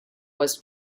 was